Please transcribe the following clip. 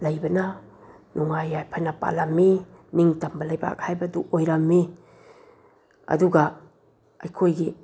ꯂꯩꯕꯅ ꯅꯨꯡꯉꯥꯏ ꯌꯥꯏꯐꯅ ꯄꯥꯜꯂꯝꯃꯤ ꯅꯤꯡ ꯇꯝꯕ ꯂꯩꯕꯥꯛ ꯍꯥꯏꯕꯗꯨ ꯑꯣꯏꯔꯝꯃꯤ ꯑꯗꯨꯒ ꯑꯩꯈꯣꯏꯒꯤ